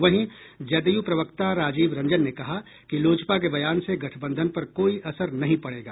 वहीं जदयू प्रवक्ता राजीव रंजन ने कहा कि लोजपा के बयान से गठबंधन पर कोई असर नहीं पड़ेगा